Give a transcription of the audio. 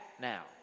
now